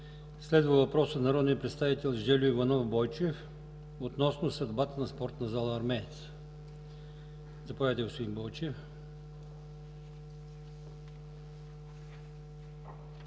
Следва въпрос от народния представител Жельо Иванов Бойчев относно съдбата на спортна зала „Армеец”. Заповядайте, господин Бойчев.